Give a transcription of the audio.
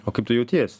o kaip tu jautiesi